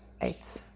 eight